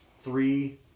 Three